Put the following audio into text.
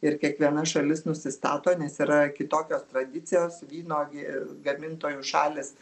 ir kiekviena šalis nusistato nes yra kitokios tradicijos vynuogė gamintojų šalys